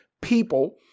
people